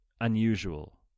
unusual